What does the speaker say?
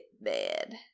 bad